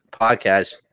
podcast